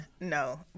No